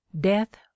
death